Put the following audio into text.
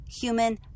human